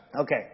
Okay